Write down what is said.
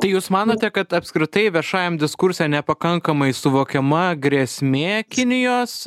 tai jūs manote kad apskritai viešajam diskurse nepakankamai suvokiama grėsmė kinijos